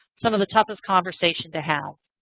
some of the toughest conversations to have.